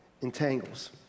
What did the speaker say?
entangles